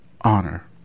honor